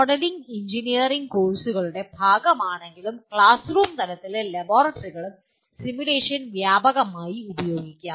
modelling engineering കോഴ്സുകളുടെ ഭാഗമാണെങ്കിലും classroom തലത്തിലും ലബോറട്ടറികളിലും സിമുലേഷൻ വ്യാപകമായി ഉപയോഗിക്കാം